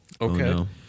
Okay